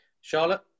Charlotte